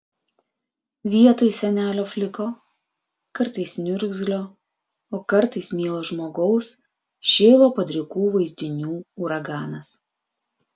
vietoj senelio fliko kartais niurgzlio o kartais mielo žmogaus šėlo padrikų vaizdinių uraganas